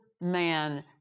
man